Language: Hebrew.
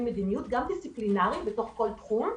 מדיניות גם דיציפלינארי בתוך כל תחום,